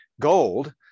gold